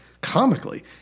comically